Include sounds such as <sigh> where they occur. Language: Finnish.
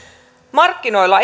markkinoilla <unintelligible>